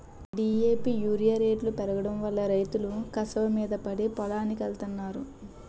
DAP urea రేట్లు పెరిగిపోడంవల్ల రైతులు కసవమీద పడి పొలానికెత్తన్నారు